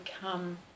come